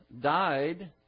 died